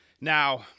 Now